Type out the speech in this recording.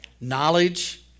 knowledge